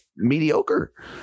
mediocre